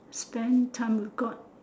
spend time with god